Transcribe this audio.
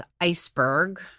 iceberg